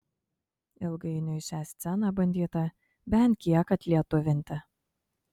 ilgainiui šią sceną bandyta bent kiek atlietuvinti